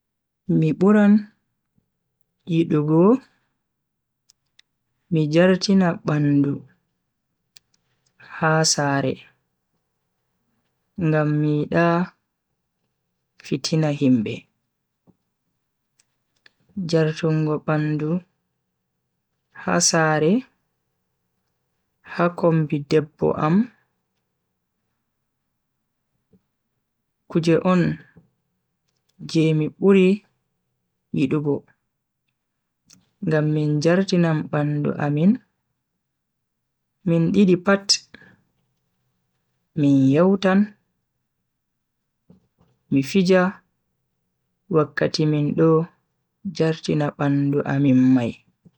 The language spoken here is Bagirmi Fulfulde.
Mi buran yidugo mi jartina bandu ha sare ngam mi yida fitina himbe. jartungo bandu ha sare ha kombi debbo am kuje on je mi buri yidugo ngam min jartinan bandu amin min didi pat. min yewtan mi fija wakkati min do jartina bandu amin mai.